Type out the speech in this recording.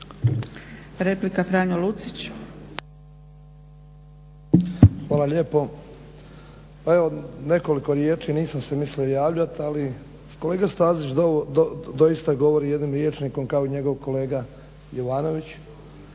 **Lucić, Franjo (HDZ)** Hvala lijepo. Pa evo nekoliko riječi, nisam se mislio javljati ali kolega Stazić doista govori jednim rječnikom kao i njegov kolega Jovanović